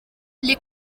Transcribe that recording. les